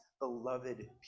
Beloved